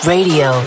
Radio